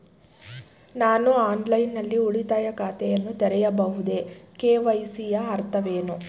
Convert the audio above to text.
ನಾನು ಆನ್ಲೈನ್ ನಲ್ಲಿ ಉಳಿತಾಯ ಖಾತೆಯನ್ನು ತೆರೆಯಬಹುದೇ? ಕೆ.ವೈ.ಸಿ ಯ ಅರ್ಥವೇನು?